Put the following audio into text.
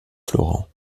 florent